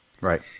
right